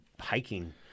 hiking